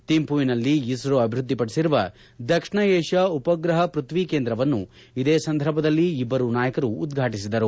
ಥಿಂಪುನಲ್ಲಿ ಇಸ್ರೋ ಅಭಿವೃದ್ದಿಪಡಿಸಿರುವ ದಕ್ಷಿಣ ಏಷ್ಯಾ ಉಪಗ್ರಹ ಪೃಥ್ವಿ ಕೇಂದ್ರವನ್ನು ಇದೇ ಸಂದರ್ಭದಲ್ಲಿ ಇಬ್ಬರೂ ನಾಯಕರು ಉದ್ಘಾಟಿಸಿದರು